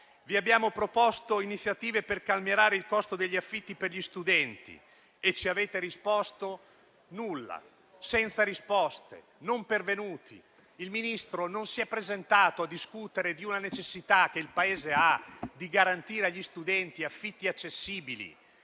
Vi abbiamo proposto iniziative per calmierare il costo degli affitti per gli studenti, e non ci avete dato risposte. Ci avete lasciato senza risposte, non siete pervenuti. Il Ministro non si è presentato a discutere della necessità che il Paese ha di garantire agli studenti affitti accessibili,